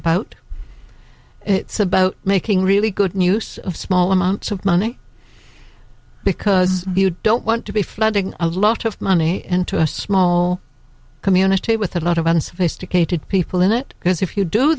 about it's about making really good news of small amounts of money because you don't want to be flooding a lot of money into a small community with a lot of unsophisticated people in it because if you do